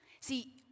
See